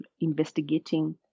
investigating